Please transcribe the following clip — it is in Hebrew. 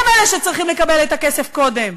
הם אלה שצריכים לקבל את הכסף קודם,